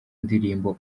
ndirimbo